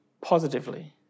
positively